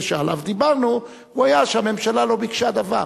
שעליו דיברנו היה שהממשלה לא ביקשה דבר.